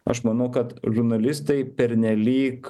aš manau kad žurnalistai pernelyg